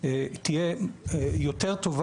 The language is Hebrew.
נראה ירידה במספר המיטות ל-1,000.